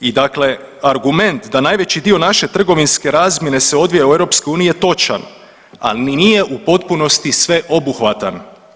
I dakle, argument da najveći dio naše trgovinske razmjene se odvija u EU je točan, ali mi nije u potpunosti sveobuhvatan.